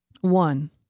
One